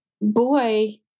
boy